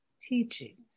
Teachings